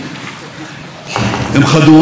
הם חדורים באהבת המדינה,